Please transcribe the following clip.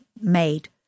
made